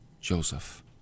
Joseph